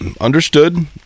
Understood